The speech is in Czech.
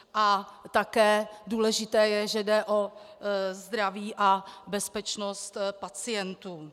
A také důležité je, že jde o zdraví a bezpečnost pacientů.